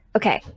okay